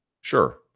Sure